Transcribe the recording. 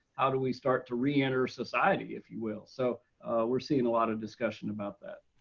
how do we start to reenter society if you will? so we're seeing a lot of discussion about that.